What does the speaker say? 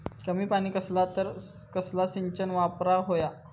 कमी पाणी असला तर कसला सिंचन वापराक होया?